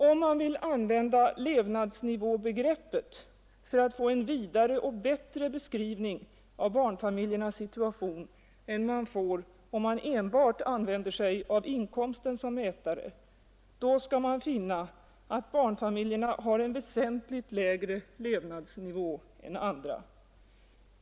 Om man vill använda levnadsnivåbegreppet för att få en vidare och bättre beskrivning av barnfamiljernas situation än man får om man enbart använder sig av inkomsten som mätare, skall man finna att barnfamiljerna har en väsentligt lägre levnadsnivå än andra.